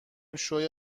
شوی